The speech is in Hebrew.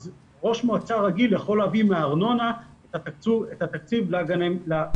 אז ראש מועצה רגיל יכול להביא מהארנונה את התקציב למשחקים.